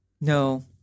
No